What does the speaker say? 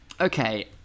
Okay